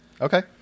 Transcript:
Okay